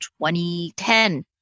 2010